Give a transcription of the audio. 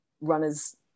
runners